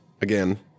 again